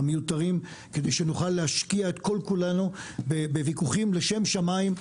כדי שנוכל להשקיע את כל-כולנו בוויכוחים לשם שמיים,